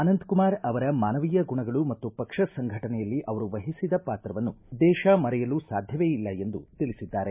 ಅನಂತ್ಕುಮಾರ್ ಅವರ ಮಾನವೀಯ ಗುಣಗಳು ಮತ್ತು ಪಕ್ಷ ಸಂಘಟನೆಯಲ್ಲಿ ಅವರು ವಹಿಸಿದ ಪಾತ್ರವನ್ನು ದೇಶ ಮರೆಯಲು ಸಾಧ್ಯವೇ ಇಲ್ಲ ಎಂದು ತಿಳಿಸಿದ್ದಾರೆ